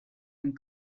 van